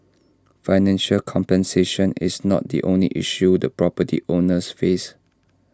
financial compensation is not the only issue the property owners face